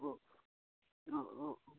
অঁ অঁ অঁ